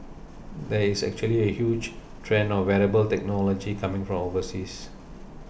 there is actually a huge trend of wearable technology coming from overseas